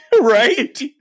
Right